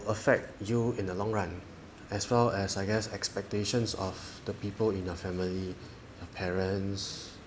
affect you in the long run as well as I guess expectations of the people in your family or parents